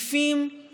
ומקיפים